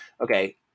Okay